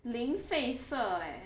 零费色 eh